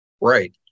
right